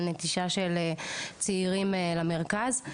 על נטישה של צעירים למרכז.